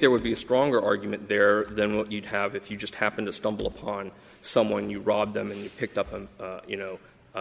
there would be a stronger argument there than what you'd have if you just happen to stumble upon someone you rob them and picked up on you know